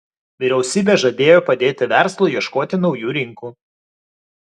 vyriausybė žadėjo padėti verslui ieškoti naujų rinkų